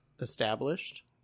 established